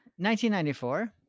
1994